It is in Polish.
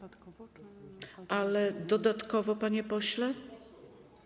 Ale dodatkowo, panie pośle?